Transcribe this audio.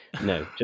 No